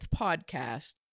podcast